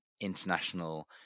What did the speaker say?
international